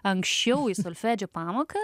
anksčiau į solfedžio pamoką